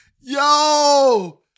Yo